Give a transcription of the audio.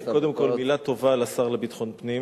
קודם כול מלה טובה לשר לביטחון פנים